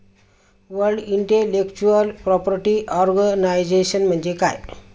World Intellectual Property Organization म्हणजे काय?